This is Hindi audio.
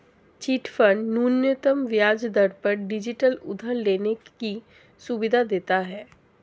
चिटफंड न्यूनतम ब्याज दर पर डिजिटल उधार लेने की सुविधा देता है